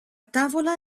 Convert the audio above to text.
tavola